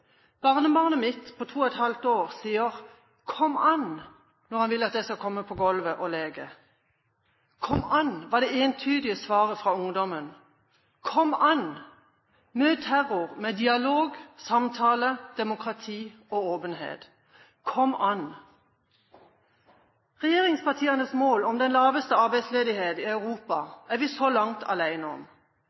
Barnebarnet mitt på 2 ½ år sier: Kom an! når han vil at jeg skal komme på gulvet og leke. Kom an var det entydige svaret fra ungdommen. Kom an, møt terror med dialog, samtale, demokrati og åpenhet. Kom an! Regjeringspartienes mål om den laveste arbeidsledigheten i Europa er vi så langt alene om.